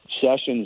sessions